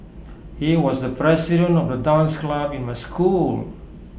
he was the president of the dance club in my school